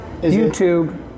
YouTube